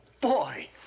boy